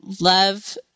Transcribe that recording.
love